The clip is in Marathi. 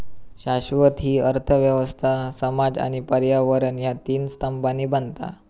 शाश्वतता हि अर्थ व्यवस्था, समाज आणि पर्यावरण ह्या तीन स्तंभांनी बनता